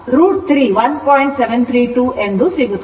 732 ಸಿಗುತ್ತದೆ